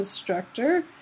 instructor